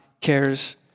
cares